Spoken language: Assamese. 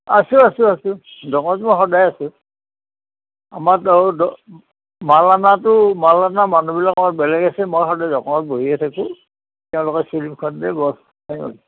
আছোঁ আছোঁ আছোঁ দোকানত মই সদায় আছোঁ আমাৰতো মাল আনাটো মাল আনা মানুহবিলাক বেলেগ আছে মই সদায় দোকানত বহিয়ে থাকোঁ তেওঁলোকে চিলিপখন দে বছ হৈ গ'ল